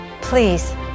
Please